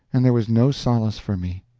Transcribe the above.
and there was no solace for me.